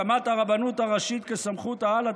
הקמת הרבנות הראשית כסמכות-העל התורנית,